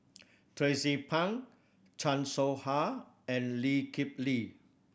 Tracie Pang Chan Soh Ha and Lee Kip Lee